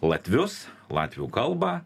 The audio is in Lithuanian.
latvius latvių kalbą